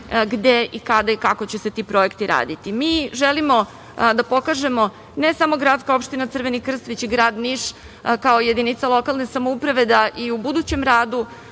gde, kako i kada će se ti projekti raditi. Mi želimo da pokažemo, ne samo gradska opština Crveni krst, već i grad Niš, kao jedinica lokalne samouprave, da i u budućem radu